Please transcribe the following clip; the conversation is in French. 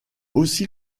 aussi